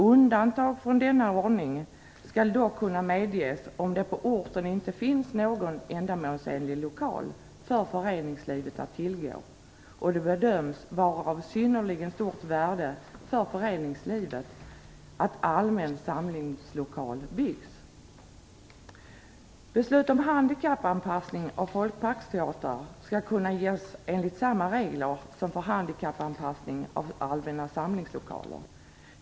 Undantag från denna ordning skall dock kunna medges om det på orten inte finns någon ändamålsenlig lokal för föreningslivet att tillgå och det bedöms vara av synnerligen stort värde för föreningslivet att allmän samlingslokal byggs. Beslut om handikappanpassning av folkparksteatrar skall kunna ges enligt samma regler som för handikappanpassning av allmänna samlingslokaler.